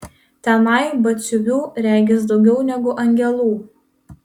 tenai batsiuvių regis daugiau negu angelų